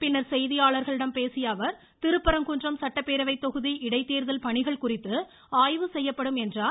பின்னர் செய்தியாளர்களிடம் பேசிய அவர் திருப்பரங்குன்றம் சட்டப்பேரவைத் தொகுதி இடைத்தேர்தல் பணிகள் குறித்து ஆய்வு செய்யப்படும் என்றார்